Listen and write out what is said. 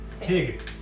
Pig